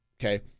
okay